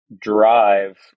drive